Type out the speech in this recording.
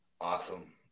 Awesome